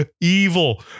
evil